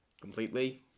completely